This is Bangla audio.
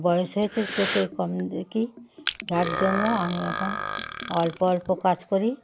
বয়স হয়েছে চোখে কম দেখি যার জন্য আমি এখন অল্প অল্প কাজ করি